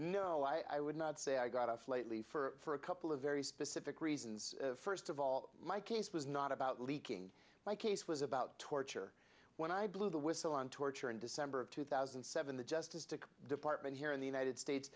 no i would not say i got off lightly for a couple of very specific reasons first of all my case was not about leaking my case was about torture when i blew the whistle on torture in december of two thousand and seven the justice to department here in the united states